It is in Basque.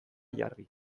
jarri